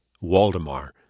Waldemar